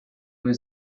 was